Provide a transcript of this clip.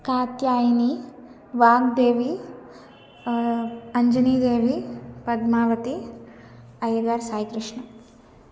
कात्यायिनी वाग्देवी अञ्जनीदेवी पद्मावती ऐगर् साईकृष्ण